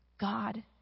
God